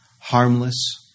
harmless